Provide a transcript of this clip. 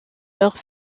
leurs